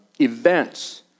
events